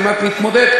כמעט להתמודד,